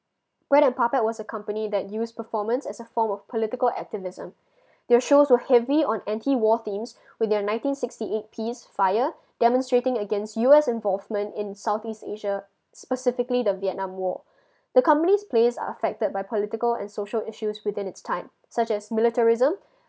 bread and puppet was a company that use performance as a form of political activism their shows were heavy on anti war themes with their nineteen sixty eight piece fire demonstrating against U_S involvement in south east asia specifically the vietnam war the company's place are affected by political and social issues within it's time such as militarism